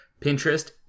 Pinterest